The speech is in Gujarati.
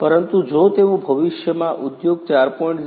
પરંતુ જો તેઓ ભવિષ્યમાં ઉદ્યોગ 4